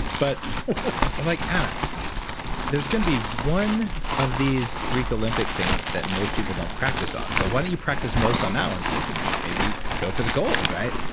but like, anna there's going to be one of these greek olympic things that most people don't practice on. so why don't you practice most on that one so you can like maybe go for the gold, right?